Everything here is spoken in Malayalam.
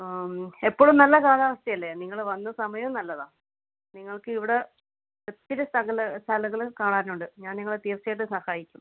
എപ്പോഴും നല്ല കാലാവസ്ഥയല്ലേ നിങ്ങൾ വന്ന സമയവും നല്ലതാണ് നിങ്ങൾക്കിവിടെ ഒത്തിരി സ്ഥലങ്ങൾ സ്ഥലങ്ങൾ കാണാനുണ്ട് ഞാൻ നിങ്ങളെ തീർച്ചയായിട്ടും സഹായിക്കും